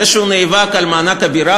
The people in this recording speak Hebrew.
זה שהוא נאבק על מענק הבירה,